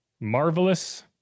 marvelous